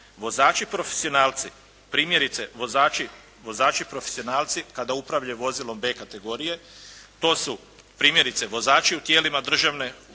vozači profesionalci, primjerice vozači profesionalci kada upravljaju vozilom B kategorije, to su primjerice, vozači u tijelima državne vlasti,